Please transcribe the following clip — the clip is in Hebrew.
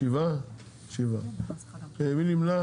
הצבעה בעד,